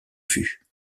vue